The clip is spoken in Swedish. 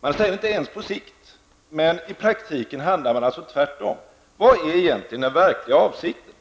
Han säger inte ens att detta skall ske på sikt, men i praktiken handlar man tvärtom. Vad är egentligen den verkliga avsikten?